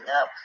up